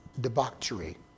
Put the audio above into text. debauchery